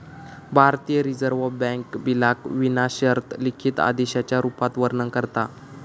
भारतीय reserve bank बिलाक विना शर्त लिखित आदेशाच्या रुपात वर्णन करता